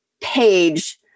page